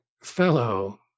fellow